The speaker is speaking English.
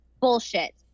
Bullshit